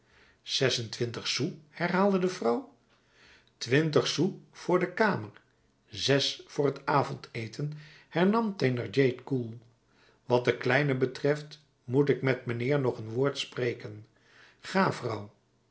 zes-en-twintig sous herhaalde de vrouw twintig sous voor de kamer zes voor het avondeten hernam thénardier koel wat de kleine betreft moet ik met mijnheer nog een woord spreken ga vrouw